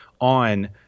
on